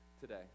today